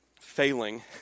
failing